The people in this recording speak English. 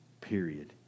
Period